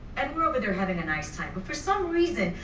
and we're over there having a nice time, but for some reason,